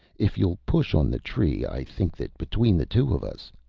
if you'll push on the tree, i think that between the two of us